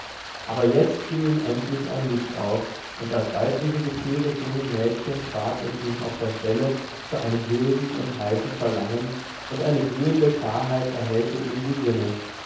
aber jetzt ging ihm endlich ein licht auf und das weibliche gefühl des jungen mädchens ward in ihm auf der stelle zu einem wilden und heißen verlangen und eine glühende klarheit erhellte ihm die sinne